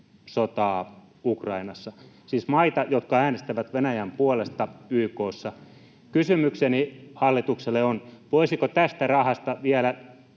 sotaa Ukrainassa, siis maille, jotka äänestävät Venäjän puolesta YK:ssa. Kysymykseni hallitukselle on: voisiko tästä rahasta vielä